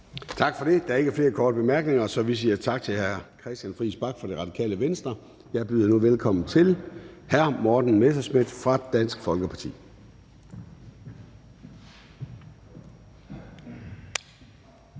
Gade): Der er ikke flere korte bemærkninger, så vi siger tak til hr. Christian Friis Bach fra Radikale Venstre. Jeg byder nu velkommen til hr. Morten Messerschmidt fra Dansk Folkeparti.